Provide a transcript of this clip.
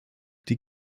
die